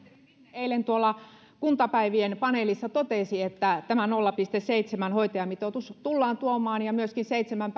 eilen tuolla kuntapäivien paneelissa totesi että tämä nolla pilkku seitsemän hoitajamitoitus tullaan tuomaan ja myöskin seitsemän